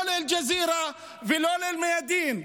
לא לאל-ג'זירה ולא לאל-מיאדין.